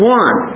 one